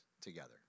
together